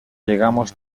llegamos